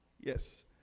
Yes